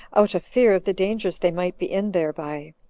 out of fear of the dangers they might be in thereby,